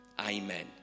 Amen